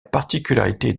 particularité